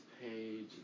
Page